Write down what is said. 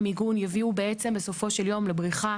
מיגון יביאו בעצם בסופו של יום לבריחה